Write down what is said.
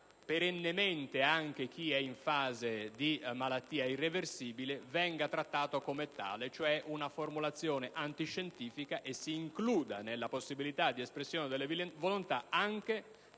perennemente anche chi è in fase di malattia irreversibile - venga trattato come tale, cioè come una formulazione antiscientifica, e che si includa nella possibilità di espressione della volontà anche